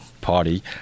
party